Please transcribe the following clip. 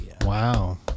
Wow